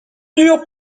dur